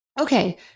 Okay